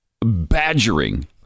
badgering